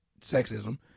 sexism